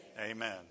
Amen